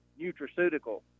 nutraceutical